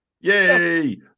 yay